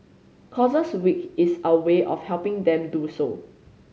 causes Week is our way of helping them do so